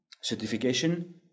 certification